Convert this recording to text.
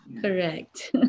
Correct